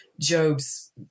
Job's